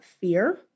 fear